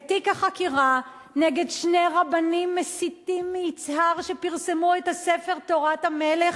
את תיק החקירה נגד שני רבנים מסיתים מיצהר שפרסמו את הספר "תורת המלך",